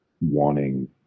wanting